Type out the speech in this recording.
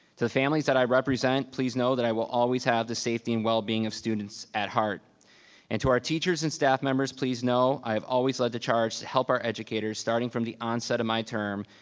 to the families that i represent, please know that i will always have the safety and wellbeing of students at heart and to our teachers and staff members, please know i've always led the charge to help our educators starting from the onset of my term.